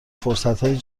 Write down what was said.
فرصتهای